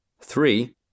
three